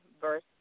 verse